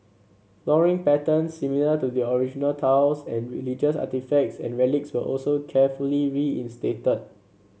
flooring patterns similar to the original tiles and religious artefacts and relics were also carefully reinstated